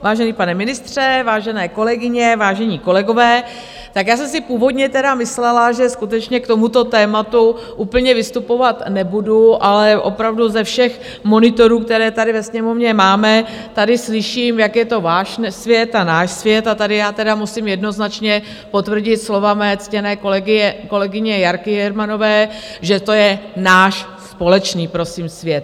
Vážený pane ministře, vážené kolegyně, vážení kolegové, já jsem si původně tedy myslela, že skutečně k tomuto tématu úplně vystupovat nebudu, ale opravdu ze všech monitorů, které tady ve Sněmovně máme, tady slyším, jak je to váš svět a náš svět, a tady já tedy musím jednoznačně potvrdit slova mé ctěné kolegyně Jarky Jermanové, že to je náš společný prosím svět.